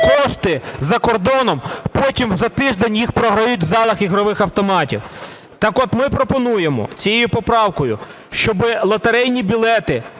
кошти за кордоном, потім за тиждень їх програють в залах ігрових автоматів. Так от, ми пропонуємо цією поправкою, щоби лотерейні білети